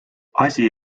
asi